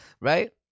right